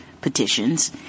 petitions